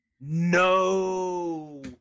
No